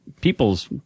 people's